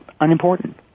unimportant